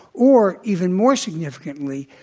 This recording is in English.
or even more significantly,